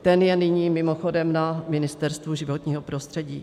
Ten je nyní mimochodem na Ministerstvu životního prostředí.